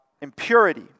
impurity